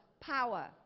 power